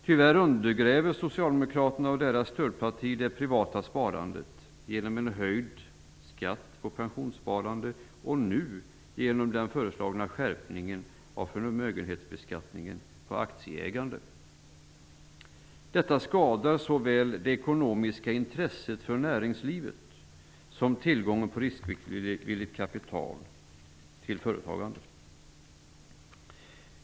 Tyvärr undergräver Socialdemokraterna och deras stödparti det privata sparandet genom höjd skatt på pensionssparande och nu genom den föreslagna skärpningen av förmögenhetsbeskattningen på aktieägande. Detta skadar såväl det ekonomiska intresset för näringslivet som tillgången till riskvilligt kapital för företagande.